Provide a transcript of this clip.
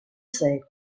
sec